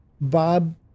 Bob